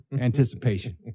Anticipation